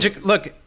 Look